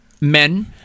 men